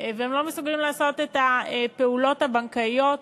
והם לא מסוגלים לעשות את הפעולות הבנקאיות